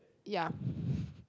ya